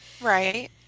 right